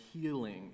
healing